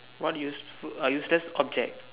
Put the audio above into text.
what useful uh useless object